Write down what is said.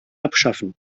abschaffen